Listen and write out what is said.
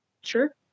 Sure